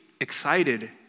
excited